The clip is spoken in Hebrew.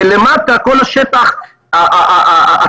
ולמטה על כל השטח התחתון,